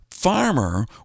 farmer